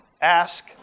ask